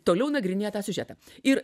toliau nagrinėja tą siužetą ir